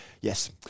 yes